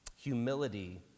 humility